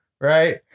Right